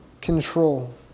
control